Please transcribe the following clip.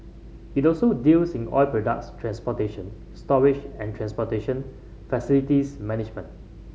it also deals in oil products transportation storage and transportation facilities management